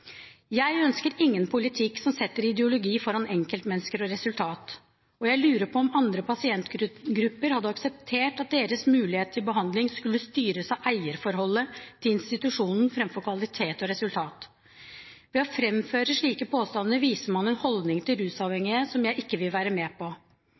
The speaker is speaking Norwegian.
Jeg ønsker ingen politikk som setter ideologi foran enkeltmennesker og resultat. Og jeg lurer på om andre pasientgrupper hadde akseptert at deres mulighet til behandling skulle styres av eierforholdet til institusjonen framfor kvalitet og resultat. Ved å framføre slike påstander viser man en holdning til